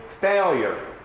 failure